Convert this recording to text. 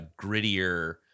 grittier